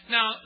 Now